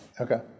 Okay